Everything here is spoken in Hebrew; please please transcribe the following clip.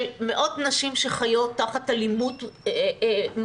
של מאות נשים שחיות תחת אלימות מתמדת,